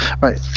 Right